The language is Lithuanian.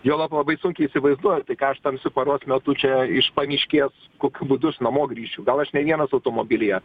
juolab labai sunkiai įsivaizduoju ką aš tamsiu paros metu čia iš pamiškės kokiu būdu aš namo grįšiu gal aš ne vienas automobilyje